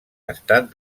estat